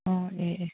ꯑꯣ ꯑꯦ ꯑꯦ